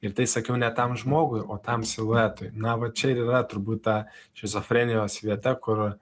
ir tai sakiau ne tam žmogui o tam siluetui na va čia ir yra turbūt ta šizofrenijos vieta kur